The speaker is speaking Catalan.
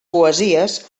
poesies